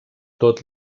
tot